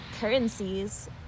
currencies